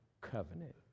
covenant